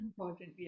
important